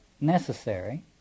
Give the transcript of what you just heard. necessary